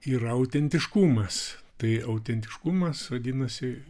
yra autentiškumas tai autentiškumas vadinasi